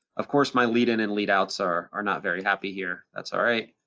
of course, my lead in and lead outs are are not very happy here. that's all right,